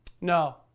No